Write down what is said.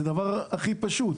זה הדבר הכי פשוט.